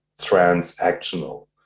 transactional